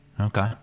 Okay